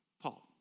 Paul